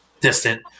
distant